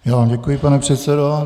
Já vám děkuji, pane předsedo.